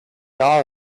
all